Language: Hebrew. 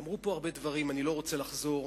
אמרו פה הרבה דברים, אני לא רוצה לחזור.